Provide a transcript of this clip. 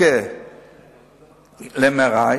יזכה ל-MRI.